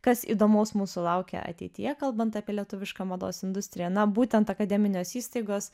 kas įdomaus mūsų laukia ateityje kalbant apie lietuvišką mados industriją na būtent akademinės įstaigos